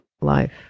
life